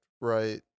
right